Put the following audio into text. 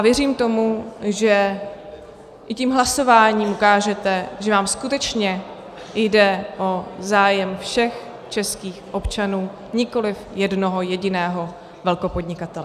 Věřím tomu, že i tím hlasováním ukážete, že vám skutečně jde o zájem všech českých občanů, nikoliv jednoho jediného velkopodnikatele.